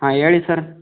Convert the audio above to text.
ಹಾಂ ಹೇಳಿ ಸರ್